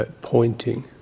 pointing